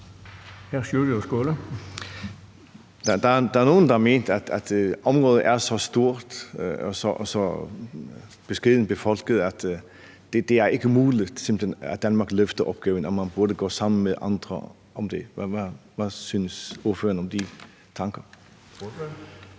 Der er nogen, der har ment, at området er så stort og så beskedent befolket, at det simpelt hen ikke er muligt, at Danmark løfter opgaven, og at man burde gå sammen med andre om det. Hvad synes ordføreren om de tanker?